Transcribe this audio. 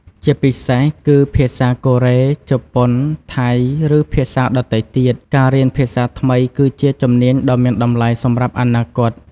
ជាពិសេសគឺ ភាសាកូរ៉េ ជប៉ុន ថៃ ឬភាសាដទៃទៀត ការរៀនភាសាថ្មីគឺជាជំនាញដ៏មានតម្លៃសម្រាប់អនាគត។